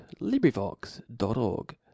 LibriVox.org